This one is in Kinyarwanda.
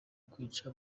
kwica